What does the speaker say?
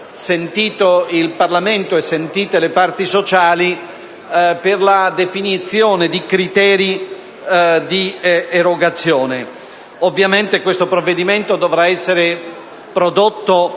il Parlamento e le parti sociali, per la definizione di criteri di erogazione. Ovviamente, questo provvedimento dovrà essere prodotto